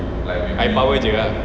eye power jer ah